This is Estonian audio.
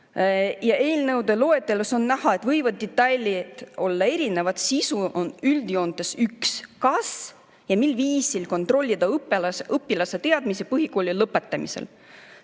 Eelnõude loetelus on näha, et detailid võivad olla erinevad, aga sisu on üldjoontes üks: kas ja mil viisil kontrollida õpilaste teadmisi põhikooli lõpetamisel?